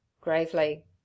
gravely